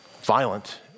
violent